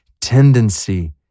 tendency